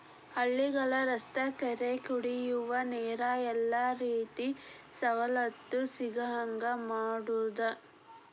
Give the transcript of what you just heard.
ಹಳ್ಳಿಗಳ ರಸ್ತಾ ಕೆರಿ ಕುಡಿಯುವ ನೇರ ಎಲ್ಲಾ ರೇತಿ ಸವಲತ್ತು ಸಿಗುಹಂಗ ಮಾಡುದ